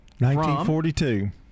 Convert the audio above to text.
1942